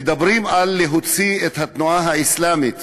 מדבר על להוציא את התנועה האסלאמית